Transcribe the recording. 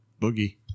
Boogie